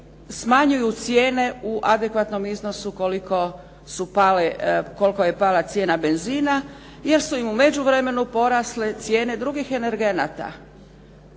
smanjuju cijene u adekvatnom iznosu koliko je pala cijena benzina, jer su im u međuvremenu porasle cijene drugih energenata.